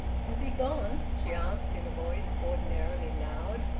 has he gone? she asked, in a voice ordinarily loud,